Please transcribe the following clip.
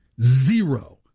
Zero